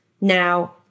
Now